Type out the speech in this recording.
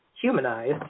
Humanized